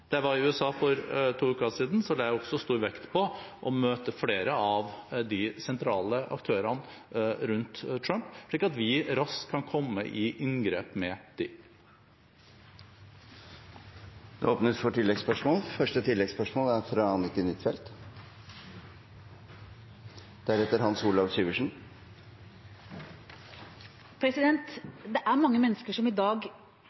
jeg var i USA for to uker siden, la jeg også stor vekt på å møte flere av de sentrale aktørene rundt Trump, slik at vi raskt kan komme i inngrep med dem. Det blir oppfølgingsspørsmål – først Anniken Huitfeldt. Det er mange mennesker som i dag